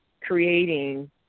creating